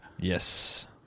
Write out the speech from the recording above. Yes